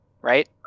right